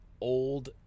old